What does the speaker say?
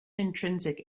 intrinsic